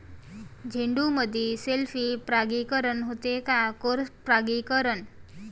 झेंडूमंदी सेल्फ परागीकरन होते का क्रॉस परागीकरन?